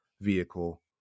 vehicle